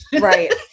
Right